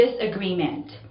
disagreement